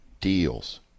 deals